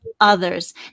others